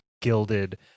gilded